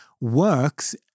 works